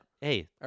Hey